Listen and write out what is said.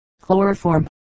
Chloroform